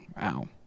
Wow